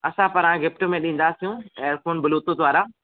असां पारां गिफ़्ट में ॾींदासीं एयर फोन ब्लू तूथ वारा